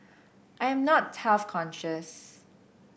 I am not health conscious